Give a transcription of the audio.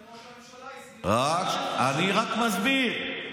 אתם הממשלה, אני רק מסביר.